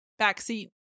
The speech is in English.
backseat